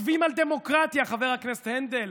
הכותבים על דמוקרטיה, חבר הכנסת הנדל